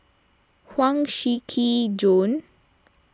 Huang Shiqi Joan